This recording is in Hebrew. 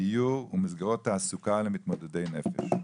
דיור ומסגרות תעסוקה למתמודדי נפש.